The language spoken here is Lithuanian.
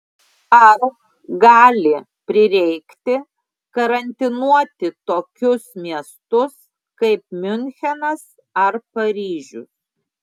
ar gali prireikti karantinuoti tokius miestus kaip miunchenas ar paryžius